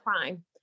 crime